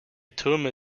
türme